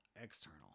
external